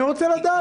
אני רוצה לדעת אם